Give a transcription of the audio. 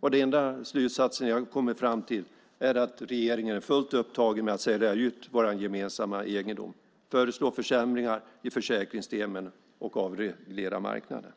Den enda slutsats jag kommer fram till är att regeringen är fullt upptagen med att sälja ut vår gemensamma egendom, föreslå försäljningar i försäkringssystemen och avreglera marknader.